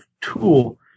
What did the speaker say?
tool